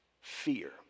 fear